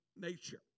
nature